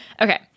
Okay